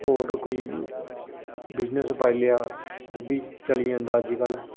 होर कोई बिजनस पाई लेआ ओह् बी चली जंदा अजकल्ल